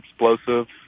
explosive